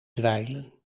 dweilen